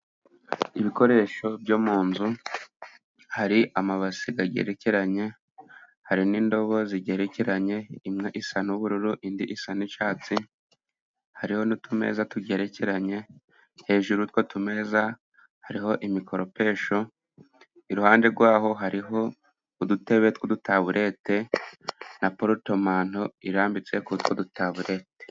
Ibikoresho byo mu nzu, hari amabase agerekeranye, hari n'indobo zigerekeranye, imwe isa n'ubururu indi isa n'icyatsi. Hariho n'utumeza tugerekeranye, hejuru y'utwo tumeza hariho imikoropesho. Iruhande rwaho hariho udutebe tw'udutaburete na porutemanto irambitse kuri utwo dutaburete.